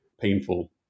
painful